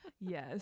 Yes